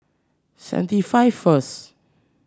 seventy five first